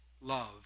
love